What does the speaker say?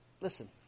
listen